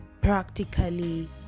practically